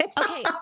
Okay